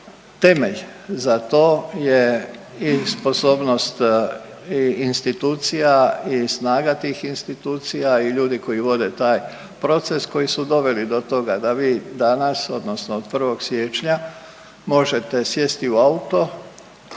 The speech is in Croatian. temelj za to je i sposobnost institucija i snaga tih institucija i ljudi koji vode taj proces koji su doveli do toga da vi danas odnosno od 1. siječnja možete sjesti u auto